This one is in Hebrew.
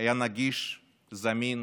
והיה נגיש וזמין